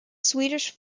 swedish